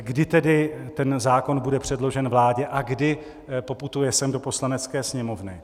Kdy tedy ten zákon bude předložen vládě a kdy poputuje sem do Poslanecké sněmovny?